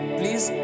please